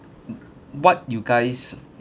m~ what you guys